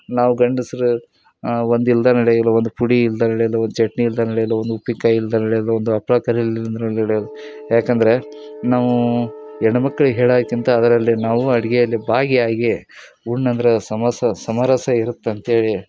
ನಾವು ಗಂಡಸ್ರು ಒಂದು ಇಲ್ದೇ ನಡೆಯಲ್ಲ ಒಂದು ಪುಡಿ ಇಲ್ದೇ ನಡೆಯಲ್ಲ ಒಂದು ಚಟ್ನಿ ಇಲ್ದೇ ನಡೆಯಲ್ಲ ಒಂದು ಉಪ್ಪಿನ್ಕಾಯಿ ಇಲ್ದೇ ನಡೆಯಲ್ಲ ಒಂದು ಹಪ್ಳ ಕರಿಯಲ್ಲ ಅಂದ್ರೆ ನಡೆಯಲ್ಲ ಏಕಂದ್ರೆ ನಾವು ಹೆಣ್ ಮಕ್ಳಿಗೆ ಹೇಳಕ್ಕಿಂತ ಅದರಲ್ಲಿ ನಾವೂ ಅಡುಗೆಯಲ್ಲಿ ಭಾಗಿಯಾಗಿ ಉಣ್ಣು ಅಂದ್ರೆ ಸಮರಸ ಸಮರಸ ಇರುತ್ತೆ ಅಂತೇಳಿ